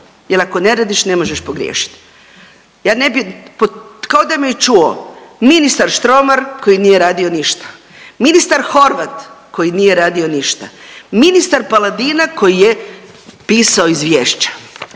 jel ako ne radiš ne možeš pogriješit. Ja ne bi kao da me je čuo ministar Štromar koji nije radio ništa, ministar Horvat koji nije radio ništa, ministar Paldina koji je pisao izvješća.